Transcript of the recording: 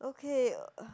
okay um